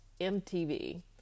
MTV